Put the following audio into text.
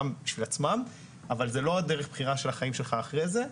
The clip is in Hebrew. אבל זה לא דרך הבחירה של החיים שלך אחרי זה.